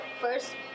first